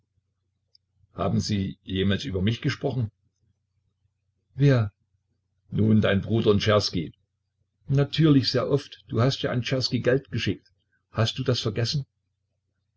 haben sie jemals über mich gesprochen wer nun dein bruder und czerski natürlich sehr oft du hast ja an czerski geld geschickt hast du das vergessen